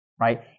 Right